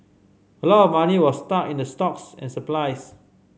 a lot of money was stuck in the stocks and supplies